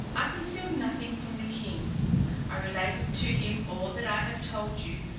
i concealed nothing from the king i related to him all that i have told you,